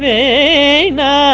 Vena